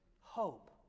hope